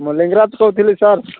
ମୁଁ ଲିଙ୍ଗରାଜ କହୁଥିଲି ସାର୍